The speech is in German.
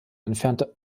entfernte